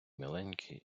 миленький